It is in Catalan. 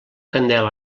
candela